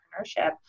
entrepreneurship